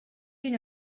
you